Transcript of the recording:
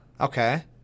okay